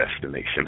destination